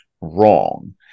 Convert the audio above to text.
wrong